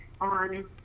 on